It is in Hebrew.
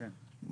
כן.